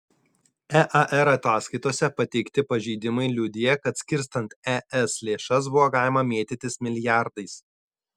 ear ataskaitose pateikti pažeidimai liudija kad skirstant es lėšas buvo galima mėtytis milijardais